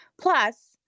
plus